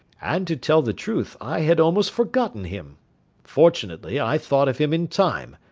and, to tell the truth, i had almost forgotten him fortunately i thought of him in time,